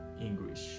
English